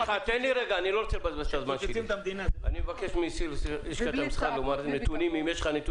אני מבקש מלשכת המסחר לתת לנו נתונים, אם יש לך.